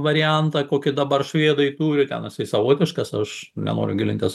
variantą kokį dabar švedai turi ten jisai savotiškas aš nenoriu gilintis